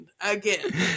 Again